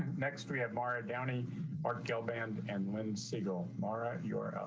next we have mara downing or girl band and when seagull mara, you're